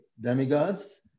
demigods